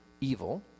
evil